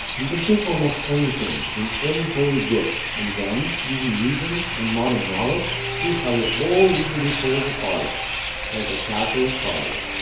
you can pick almost anything in any holy book and then using reason and modern knowledge see how it all is le falls apart like a castle of cards